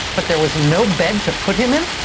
but there was no bed to put him in.